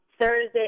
thursday